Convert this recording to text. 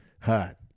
hot